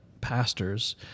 Pastors